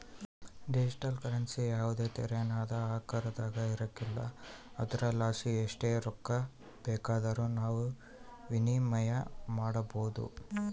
digital currency ಯಾವುದೇ ತೆರನಾದ ಆಕಾರದಾಗ ಇರಕಲ್ಲ ಆದುರಲಾಸಿ ಎಸ್ಟ್ ರೊಕ್ಕ ಬೇಕಾದರೂ ನಾವು ವಿನಿಮಯ ಮಾಡಬೋದು